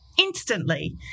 instantly